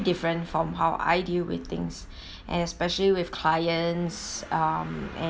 different from how I deal with things and especially with clients um and